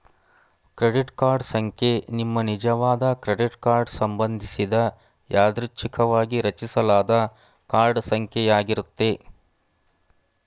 credit card ಸಂಖ್ಯೆ ನಿಮ್ಮನಿಜವಾದ credit card ಸಂಬಂಧಿಸಿದ ಯಾದೃಚ್ಛಿಕವಾಗಿ ರಚಿಸಲಾದ ಕಾರ್ಡ್ ಸಂಖ್ಯೆ ಯಾಗಿರುತ್ತೆ